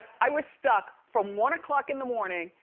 i was stuck from one o'clock in the morning,